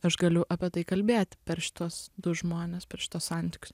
aš galiu apie tai kalbėt per šituos du žmones per šituos santykius